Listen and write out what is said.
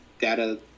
data